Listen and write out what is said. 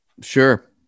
Sure